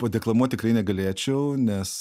padeklamuot tikrai negalėčiau nes